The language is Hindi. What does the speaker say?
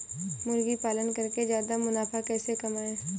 मुर्गी पालन करके ज्यादा मुनाफा कैसे कमाएँ?